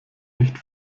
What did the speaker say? nicht